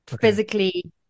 physically